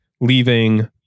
leaving